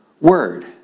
word